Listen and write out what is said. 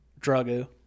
Drago